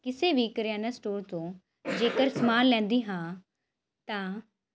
ਕਿਸੇ ਵੀ ਕਰਿਆਨਾ ਸਟੋਰ ਤੋਂ ਜੇਕਰ ਸਮਾਨ ਲੈਂਦੀ ਹਾਂ ਤਾਂ